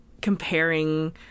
comparing